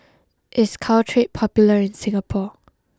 is Caltrate popular in Singapore